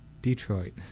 Detroit